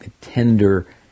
tender